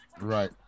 right